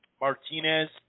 Martinez